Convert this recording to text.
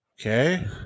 Okay